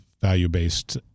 value-based